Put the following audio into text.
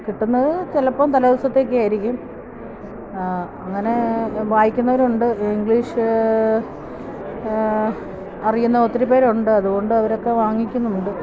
കിട്ടുന്നത് ചിലപ്പോള് തലേ ദിവസത്തെയൊക്കെയായിരിക്കും അങ്ങനെ വായിക്കുന്നവരുണ്ട് ഇംഗ്ലീഷ് അറിയുന്ന ഒത്തിരി പേരുണ്ട് അതുകൊണ്ട് അവരൊക്കെ വാങ്ങിക്കുന്നുണ്ട്